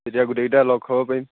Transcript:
তেতিয়ায গোটেইকেইটা লগ হ'ব পাৰিম